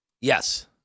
Yes